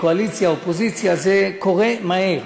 קואליציה, אופוזיציה, זה קורה מהר.